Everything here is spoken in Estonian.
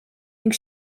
ning